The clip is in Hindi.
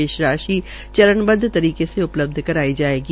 शेष राशि चरणबदव तरीके से उपलब्ध कराई जायेगी